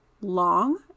long